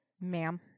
Ma'am